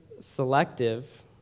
selective